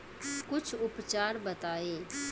कुछ उपचार बताई?